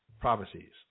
prophecies